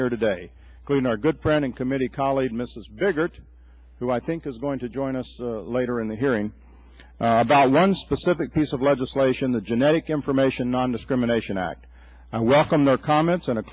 here today clean our good friend and committee colleague mrs biggert who i think is going to join us later in the hearing about one specific piece of legislation the genetic information nondiscrimination act i welcome their comments on a